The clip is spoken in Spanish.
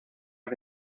que